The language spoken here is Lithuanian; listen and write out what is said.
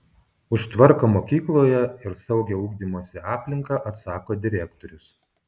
už tvarką mokykloje ir saugią ugdymosi aplinką atsako direktorius